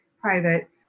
private